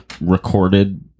recorded